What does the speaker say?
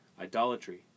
idolatry